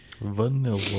Vanilla